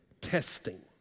testing